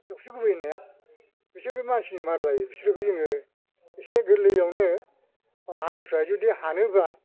दाउस्रि गुबै होननाया बिसोरबो मानसिनि मात लायो बेसोरखौ जोङो एसे गोरलैआवनो बाहानिफ्राय जुदि हानोब्ला